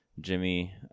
Jimmy